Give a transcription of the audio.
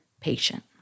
patient